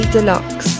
Deluxe